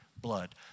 blood